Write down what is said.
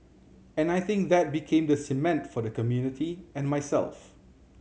and I think that became the cement for the community and myself